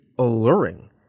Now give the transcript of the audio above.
Alluring